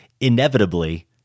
inevitably